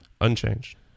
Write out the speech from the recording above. unchanged